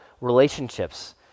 relationships